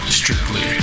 strictly